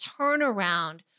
turnaround